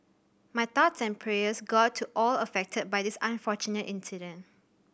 my thoughts and prayers go out to all affected by this unfortunate incident